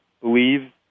believe